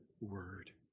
word